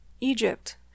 Egypt